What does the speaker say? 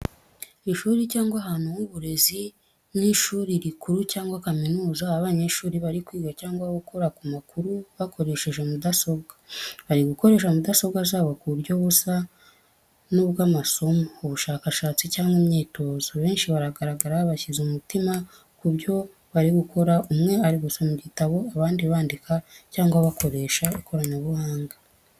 Ishuri cyangwa ahantu h'uburezi nk’ishuri rikuru cyangwa kaminuza, aho abanyeshuri bari kwiga cyangwa gukora ku makuru bakoresheje mudasobwa. Bari gukoresha mudasobwa zabo ku buryo busa n’ubw’amasomo, ubushakashatsi cyangwa imyitozo. Benshi baragaragara bashyize umutima ku byo bari gukora umwe ari gusoma igitabo abandi bandika cyangwa bakoresha ikoranabuhanga.